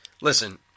Listen